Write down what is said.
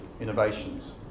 innovations